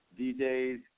DJs